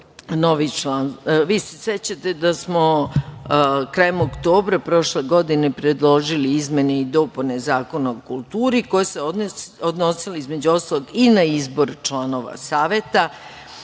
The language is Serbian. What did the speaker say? se sećate da smo krajem oktobra prošle godine predložili izmene i dopune Zakona o kulturi, koje su se odnosile, između ostalog i na izbor članova saveta.